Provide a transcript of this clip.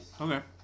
okay